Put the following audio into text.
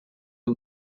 hem